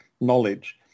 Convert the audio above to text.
knowledge